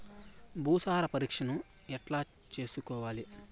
భూసార పరీక్షను ఎట్లా చేసుకోవాలి?